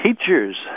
teachers